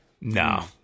no